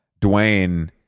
Dwayne